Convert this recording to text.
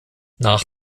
nach